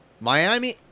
miami